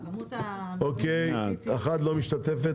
אוקיי, אחת לא משתתפת.